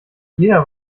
jeder